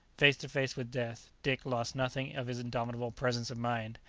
face to face with death, dick lost nothing of his indomitable presence of mind.